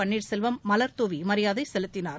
பள்ளீர்செல்வம் மலர்த்தூவி மரியாதை செலுத்தினார்